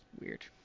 weird